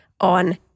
on